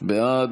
בעד,